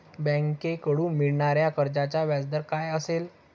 बँकेकडून मिळणाऱ्या कर्जाचा व्याजदर काय असेल?